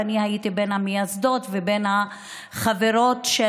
ואני הייתי בין המייסדות ובין החברות של